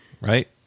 right